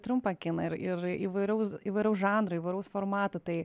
trumpą kiną ir ir įvairaus įvairaus žanro įvairaus formato tai